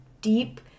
deep